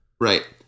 Right